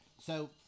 So-